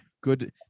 good